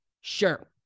Sure